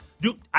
dude